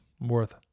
worth